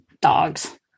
dogs